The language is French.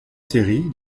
séries